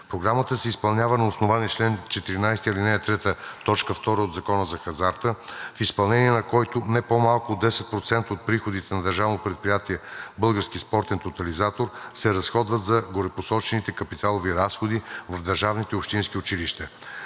Програмата се изпълнява на основание чл. 14, ал. 3, т. 2 от Закона за хазарта в изпълнение, на който не по-малко от 10% от приходите на Държавно предприятие „Български спортен тотализатор“ се разходват за горепосочените капиталови разходи в държавните и общинските училища.